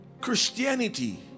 Christianity